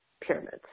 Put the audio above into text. pyramids